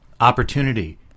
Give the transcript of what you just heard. Opportunity